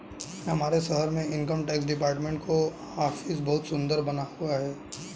हमारे शहर में इनकम टैक्स डिपार्टमेंट का ऑफिस बहुत सुन्दर बना हुआ है